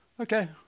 Okay